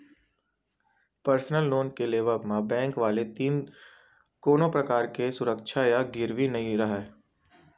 personal loan के लेवब म बेंक वाले तीर कोनो परकार के सुरक्छा या गिरवी नइ राहय